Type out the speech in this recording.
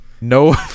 no